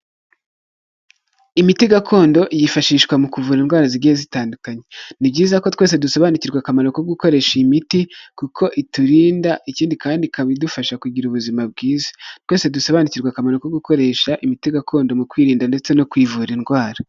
Imiti gakondo yifashishwa mu kuvura indwara zigiye zitandukanye, ni byiza ko twese dusobanukirwa akamaro ko gukoresha iyi miti kuko iturinda ikindi kandi ikaba idufasha kugira ubuzima bwiza, twese dusobanukirwa akamaro ko gukoresha imiti gakondo mu kwirinda ndetse no kwivura indwara.